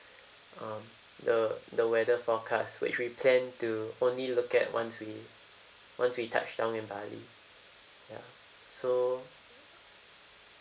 um the the weather forecast which we plan to only look at once we once we touch down in bali ya so